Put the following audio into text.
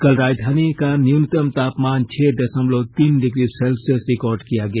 कल राजधानी का न्यूनतम तापमान छह दशमलव तीन डिग्री सेल्शियस रिकार्ड किया गया